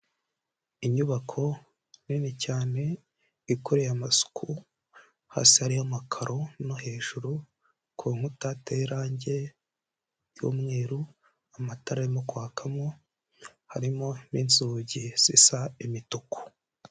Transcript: Inyubako nini cyane, ikoreye amasuku, hasi hariho amakaro no hejuru, ku nkuta hateye irangi ry'umweru, amatara arimo kwakamo, harimo n'inzugi zisa imituku.